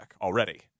already